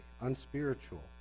unspiritual